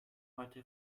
heute